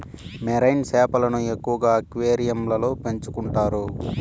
marine చేపలను ఎక్కువగా అక్వేరియంలలో పెంచుకుంటారు